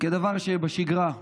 כדבר שבשגרה.